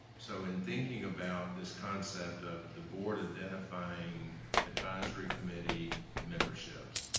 so in thinking about this concept of the board identifying advisory committee memberships,